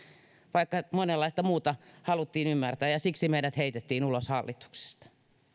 vaikka monenlaista muuta haluttiin ymmärtää ja siksi meidät heitettiin ulos hallituksesta